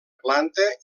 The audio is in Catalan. planta